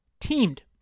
teamed